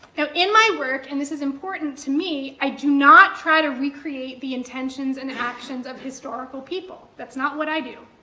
in my work, and this is important to me, i do not try to recreate the intentions and actions of historical people, that's not what i do.